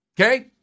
Okay